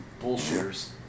Bullshitters